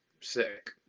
sick